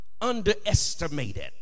underestimated